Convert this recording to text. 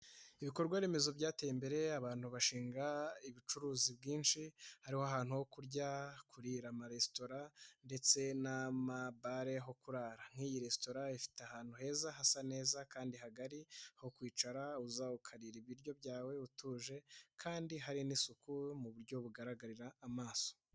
Ibikorwa remezo byateye imbere abantu bashinga ubucuruzi bwinshi hariho ahantu ho kurya, kurira amaresitora ndetse n'amabare ho kurara, nk'iyi resitora ifite ahantu heza hasa neza kandi hagari ho kwicara uza kurira ibiryo byawe utuje kandi hari n'isuku mu buryo bugaragarira amaso.